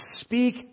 speak